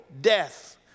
death